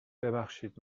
ببخشید